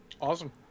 Awesome